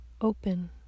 open